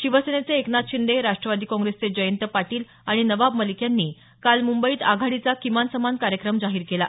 शिवसेनेचे एकनाथ शिंदे राष्ट्रवादी काँग्रेसचे जयंत पाटील आणि नवाब मलिक यांनी काल मुंबईत आघाडीचा किमान समान कार्यक्रम जाहीर केला